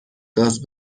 گاز